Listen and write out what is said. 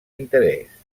interès